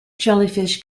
jellyfish